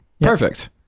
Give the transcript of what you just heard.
Perfect